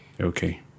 okay